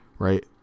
Right